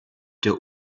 der